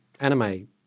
anime